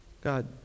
God